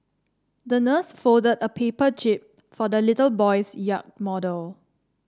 the nurse folded a paper jib for the little boy's yacht model